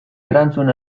erantzun